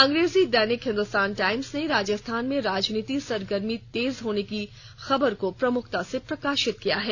अंग्रेजी दैनिक हिंदुस्तान टाइम्स ने राजस्थान में राजनीति सरगर्मी तेज होने की खबर को प्रमुखता से प्रकाशित किया है